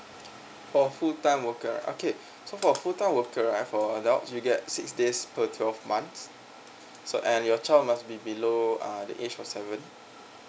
for full time worker okay so for a full time worker right for adults you get six days per twelve months so and your child must be below uh the age of seven